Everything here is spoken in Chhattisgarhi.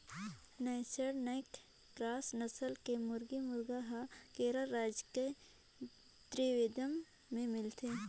नैक्ड नैक क्रास नसल के मुरगी, मुरगा हर केरल रायज के त्रिवेंद्रम में मिलथे